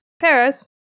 Paris